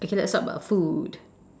okay let's talk about food